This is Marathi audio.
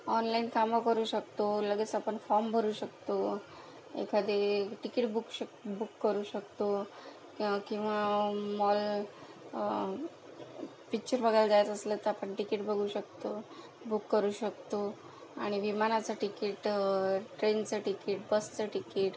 ऑनलाईन कामं करू शकतो लगेच आपण फॉर्म भरू शकतो एखादे तिकीट बुक शक बुक करू शकतो किंव किंवा मॉल पिक्चर बघायला जायचं असलं तर आपण तिकीट बघू शकतो बुक करू शकतो आणि विमानाचं तिकीट ट्रेनचं तिकीट बसचं तिकीट